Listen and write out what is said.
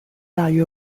大约